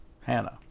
Hannah